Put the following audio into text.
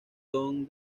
don